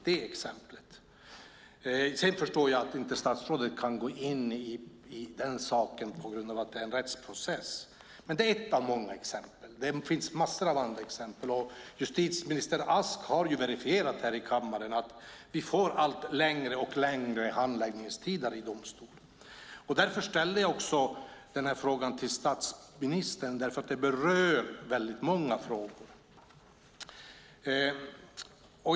Jag förstår att statsrådet inte kan gå in på den saken närmare på grund av att det är en rättsprocess, men det är ett av många exempel; det finns massor av andra. Justitieminister Ask har här i kammaren verifierat att vi får längre och längre handläggningstider i domstolarna. Jag ställde interpellationen till statsministern därför att den berör väldigt många frågor.